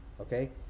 okay